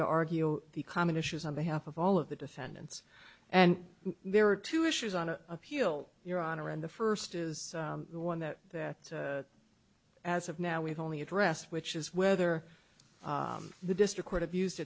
to argue the common issues on behalf of all of the defendants and there are two issues on appeal your honor and the first is one that that as of now we've only addressed which is whether the district court abused